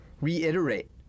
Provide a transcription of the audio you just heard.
reiterate